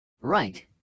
Right